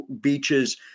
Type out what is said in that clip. beaches